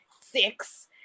six